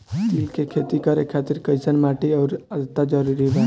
तिल के खेती करे खातिर कइसन माटी आउर आद्रता जरूरी बा?